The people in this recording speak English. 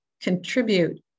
contribute